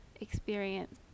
experience